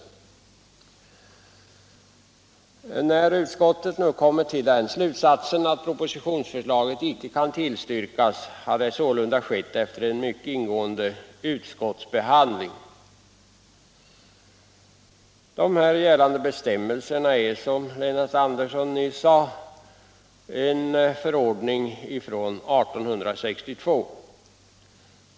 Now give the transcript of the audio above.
När utskottet nu kommer till den slutsatsen att propositionsförslaget icke kan tillstyrkas har det sålunda skett efter en mycket ingående utskottsbehandling. De här gällande bestämmelserna är, som Lennart Andersson nyss sade, en förordning från 1862.